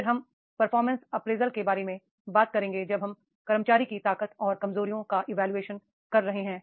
फिर हम performance appraisal के बारे में बात करेंगे जब हम कर्मचारी की ताकत और कमजोरियों का इवोल्यूशन कर रहे हैं